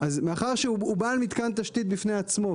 אז מאחר שהוא בעל מתקן תשתית בפני עצמו,